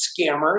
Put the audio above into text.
scammers